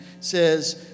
says